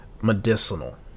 medicinal